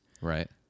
Right